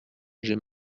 j’ai